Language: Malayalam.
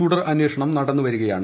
തുടർ അന്വേഷണം നടന്നുവരികയാണ്